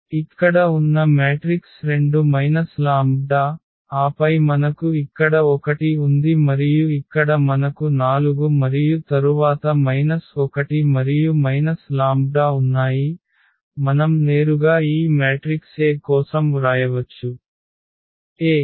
ఇక్కడ ఉన్న matrix 2 minus lambda ఆపై మనకు ఇక్కడ 1 ఉంది మరియు ఇక్కడ మనకు 4 మరియు తరువాత మైనస్ 1 మరియు మైనస్ లాంబ్డా ఉన్నాయి మనం నేరుగా ఈ మ్యాట్రిక్స్ A కోసం వ్రాయవచ్చు